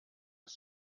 des